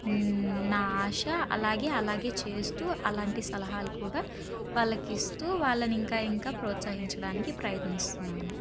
న్ నా ఆశ అలాగే అలాగే చేస్తు అలాంటి సలహాలు కూడా వాళ్ళకి ఇస్తు వాళ్ళని ఇంకా ఇంకా ప్రోత్సహించడానికి ప్రయత్నిస్తున్నాను